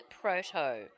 proto